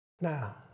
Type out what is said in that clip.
Now